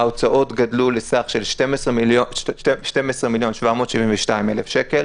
ההוצאות גדלו לסך של 12 מיליון ו-772,000 שקל,